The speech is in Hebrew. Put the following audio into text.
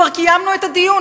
כבר קיימנו את הדיון.